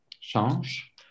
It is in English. Change